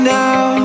now